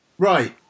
Right